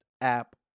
app